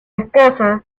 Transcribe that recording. escasa